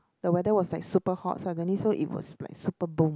the weather was like super hot suddenly so it was like super boom